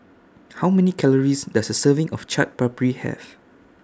How Many Calories Does A Serving of Chaat Papri Have